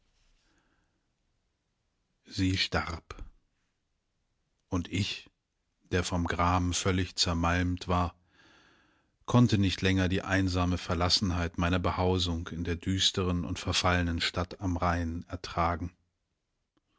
sie starb und ich der vom gram völlig zermalmt war konnte nicht länger die einsame verlassenheit meiner behausung in der düsteren und verfallenen stadt am rhein ertragen